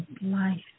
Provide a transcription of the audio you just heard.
life